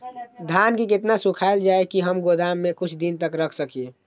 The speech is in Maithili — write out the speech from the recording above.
धान के केतना सुखायल जाय की हम गोदाम में कुछ दिन तक रख सकिए?